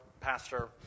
pastor